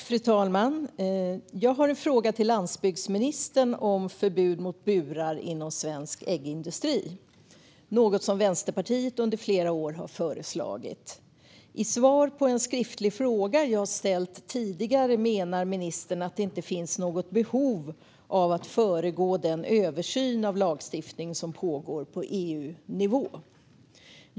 Fru talman! Jag har en fråga till landsbygdsministern om förbud mot burar inom svensk äggindustri. Det är något som Vänsterpartiet under flera år har föreslagit. I svar på en skriftlig fråga jag har ställt tidigare menar ministern att det inte finns något behov av att föregå den översyn av lagstiftning som pågår på EU-nivå.